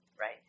right